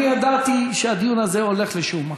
אני ידעתי שהדיון הזה הולך לשום מקום.